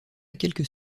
quelques